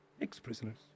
Ex-prisoners